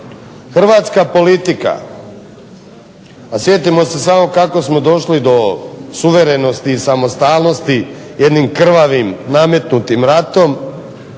Hrvatska politika, a sjetimo se samo kako smo došli do suverenosti i samostalnosti jednim krvavim nametnutim ratom,